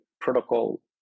protocol